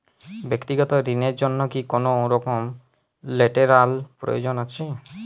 ব্যাক্তিগত ঋণ র জন্য কি কোনরকম লেটেরাল প্রয়োজন আছে?